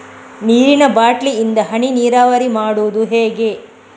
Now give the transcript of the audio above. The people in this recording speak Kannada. ನೀರಿನಾ ಬಾಟ್ಲಿ ಇಂದ ಹನಿ ನೀರಾವರಿ ಮಾಡುದು ಹೇಗೆ?